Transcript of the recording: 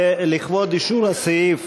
לכבוד אישור הסעיף,